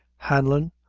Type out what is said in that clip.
hanlon,